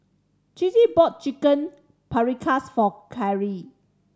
Chrissy bought Chicken Paprikas for Carry